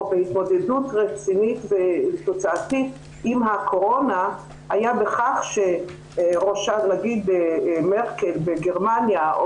בהתמודדות רצינית ותוצאתית עם הקורונה היה בכך שלמשל מרקל בגרמניה,